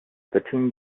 between